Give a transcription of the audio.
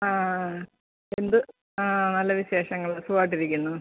ആ എന്ത് ആ നല്ല വിശേഷങ്ങൾ സുഖമായിട്ടിരിക്കുന്നു